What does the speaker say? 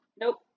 nope